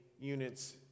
units